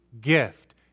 gift